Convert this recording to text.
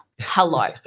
Hello